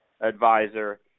advisor